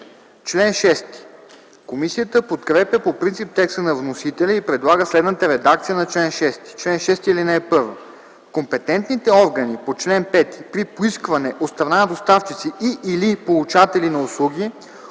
Комисията подкрепя по принцип текста на вносителя и предлага следната редакция на чл. 6: „Чл. 6. (1) Компетентните органи по чл. 5 при поискване от страна на доставчици и/или получатели на услуги